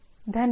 धन्यवाद